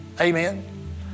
Amen